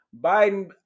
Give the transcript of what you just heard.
Biden